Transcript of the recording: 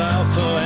Alpha